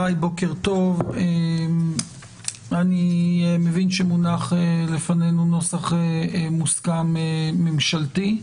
טוב, אני מבין שמונח לפנינו נוסח מוסכם ממשלתי.